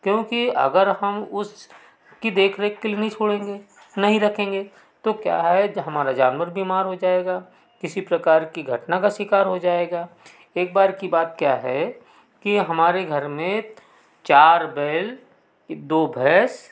क्योंकि अगर हम उस की देख रेख के लिए नहीं छोड़ेंगे नहीं रखेंगे तो क्या है जे हमारा जानवर बीमार हो जाएगा किसी प्रकार की घटना का शिकार हो जाएगा एक बार की बात क्या है कि हमारे घर में चार बैल एक दो भैंस